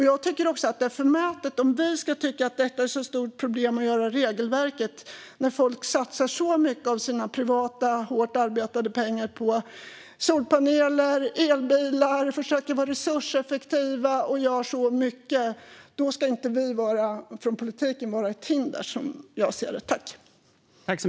Jag tycker också att det är förmätet om vi tycker att det är ett stort problem att göra ett regelverk för detta när folk satsar så mycket av sina privata pengar som de arbetat hårt för på solpaneler och elbilar och när de försöker vara resurseffektiva och gör så mycket för detta. Då ska inte vi från politiken vara ett hinder, som jag ser det.